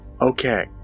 Okay